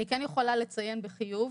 אני יכולה לציין בחיוב